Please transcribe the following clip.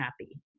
happy